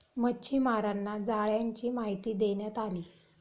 मच्छीमारांना जाळ्यांची माहिती देण्यात आली